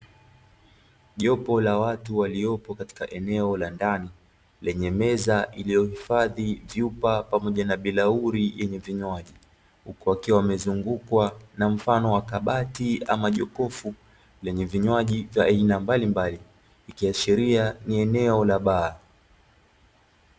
Jopo la watu waliopo katika eneo la ndani lenye meza iliohifadhi vyupa pamoja na bilauri yenye vinywaji, huku wakiwa wamezungukwa na mfano wa kabati ama jokofu lenye vinywaji vya aina mbalimbali ikiashiria ni eneo la baa.